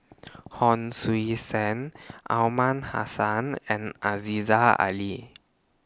Hon Sui Sen Aliman Hassan and Aziza Ali